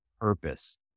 purpose